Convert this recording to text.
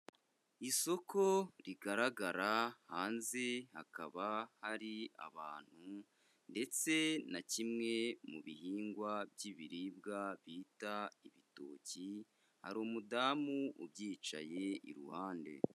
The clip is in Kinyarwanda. Isoko rigaragara hanze hakaba hari abantu ndetse na kimwe mu bihingwa by'ibiribwa bita ibitoki, hari umudamu ubyicaye iruhande.